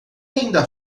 ainda